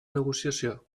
negociació